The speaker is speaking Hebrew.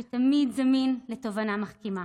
שתמיד זמין לתובנה מחכימה,